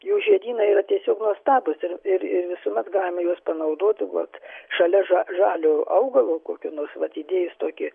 jų žiedynai yra tiesiog nuostabūs ir ir visuomet galime juos panaudoti vat šalia ža žalio augalo kokio nors vat įdėjus tokį